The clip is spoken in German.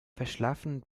verschlafen